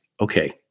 okay